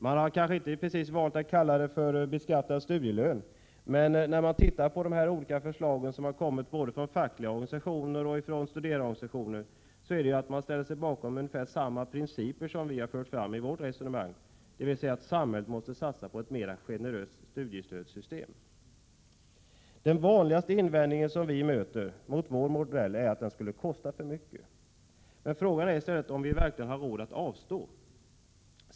Man har kanske inte precis valt att kalla det beskattad studielön, men förslagen från både fackliga organisationer och studerandeorganisationer ställer sig bakom ungefär samma principer som vi fört fram i vårt resonemang, nämligen att samhället måste satsa på ett mer generöst studiestödssystem. Den vanligaste invändning som vi möter är att vår modell skulle kosta för mycket. Men frågan är i stället om vi verkligen har råd att avstå.